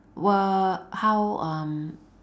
w~ how um